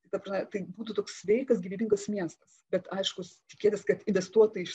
tai ta prasme tai būtų toks sveikas gyvybingas miestas bet aišku tikėtis kad investuotojai iš